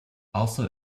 also